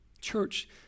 Church